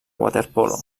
waterpolo